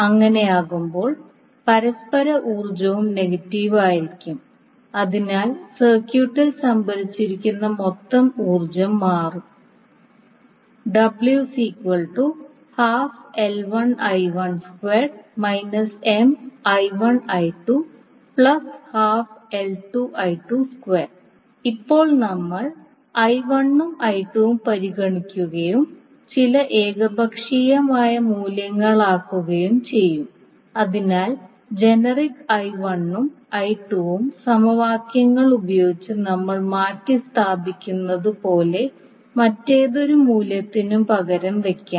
അങ്ങനെയാകുമ്പോൾ പരസ്പര ഊർജ്ജവും നെഗറ്റീവ് ആയിരിക്കും അതിനാൽ സർക്യൂട്ടിൽ സംഭരിച്ചിരിക്കുന്ന മൊത്തം ഊർജ്ജം മാറും ഇപ്പോൾ നമ്മൾ ഉം ഉം പരിഗണിക്കുകയും ചില ഏകപക്ഷീയമായ മൂല്യങ്ങളാകുകയും ചെയ്യും അതിനാൽ ജനറിക് ഉം ഉം സമവാക്യങ്ങൾ ഉപയോഗിച്ച് നമ്മൾ മാറ്റിസ്ഥാപിക്കുന്നത് പോലെ മറ്റേതൊരു മൂല്യത്തിനും പകരം വയ്ക്കാം